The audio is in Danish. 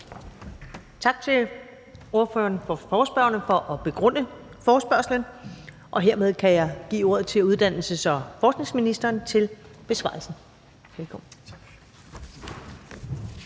for forespørgerne for at begrunde forespørgslen. Og hermed kan jeg give ordet til uddannelses- og forskningsministeren for en besvarelse. Velkommen.